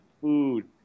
food